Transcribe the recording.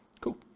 Cool